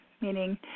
meaning